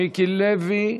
מיקי לוי,